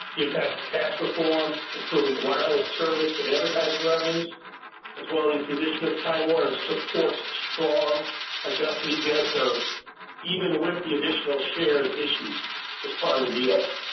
in fact, the tax reform, improving wireless service and advertising revenues as well as the addition of time warner supports strong adjusted yeah eps growth even with the additional shares issued as part of the deal.